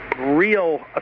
real